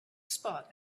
spot